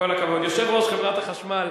התשע"ב 2012,